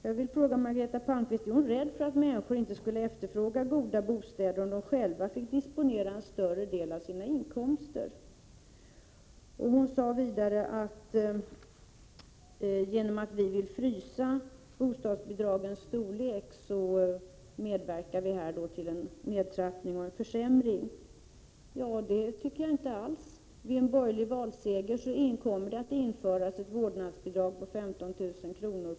Jag vill därför fråga: Är Margareta Palmqvist rädd för att människor inte skulle efterfråga goda bostäder, om de själva fick disponera en större del av sina inkomster? Vidare sade Margareta Palmqvist att vi, genom att vi vill frysa bostadsbidragen på en viss nivå, medverkar till en nedtrappning och en försämring i detta sammanhang. Men det tycker jag inte alls att vi gör. I händelse av en borgerlig valseger kommer ett vårdnadsbidrag om 15 000 kr.